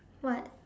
what